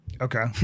Okay